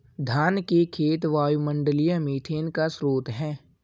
धान के खेत वायुमंडलीय मीथेन का स्रोत हैं